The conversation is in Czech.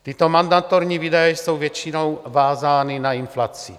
Tyto mandatorní výdaje jsou většinou vázány na inflaci.